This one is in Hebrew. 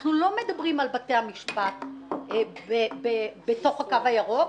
אנחנו לא מדברים על בתי המשפט בתוך הקו הירוק,